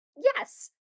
yes